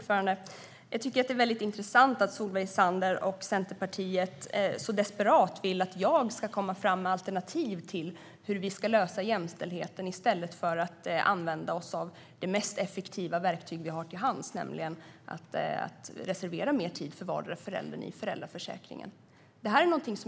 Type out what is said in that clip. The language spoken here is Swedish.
Fru talman! Det är intressant att Solveig Zander och Centerpartiet så desperat vill att jag ska ta fram alternativ till hur jämställdhetsfrågan ska lösas i stället för att använda oss av det mest effektiva verktyg som finns till hands, nämligen att man reserverar mer tid för vardera föräldern i föräldraförsäkringen.